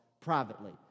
privately